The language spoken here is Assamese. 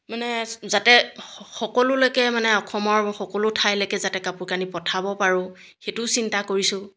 মানে যাতে সকলোলৈকে মানে অসমৰ সকলো ঠাইলৈকে যাতে কাপোৰ কানি পঠাব পাৰোঁ সেইটোও চিন্তা কৰিছোঁ